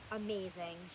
amazing